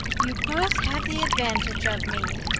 you both have the advantage of me,